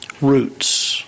Roots